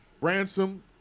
Ransom